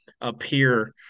appear